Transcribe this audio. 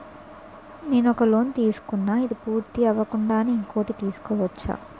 నేను ఒక లోన్ తీసుకున్న, ఇది పూర్తి అవ్వకుండానే ఇంకోటి తీసుకోవచ్చా?